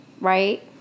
right